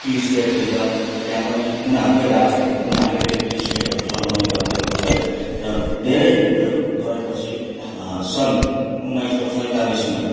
T स्टेटतिर त्यहाँ पनि उनीहरूकै राज थियो उनीहरूले त्यो टि स्टेटहरू चलाउने गर्थ्यो है र धेरै उयो गरेपछि सन् उन्नाइस सौ सैँतालिसमा